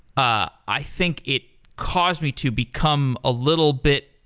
ah i think it cost me to become a little bit